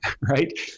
right